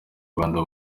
rwanda